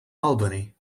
albany